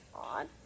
odd